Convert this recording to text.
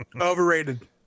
Overrated